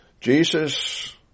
Jesus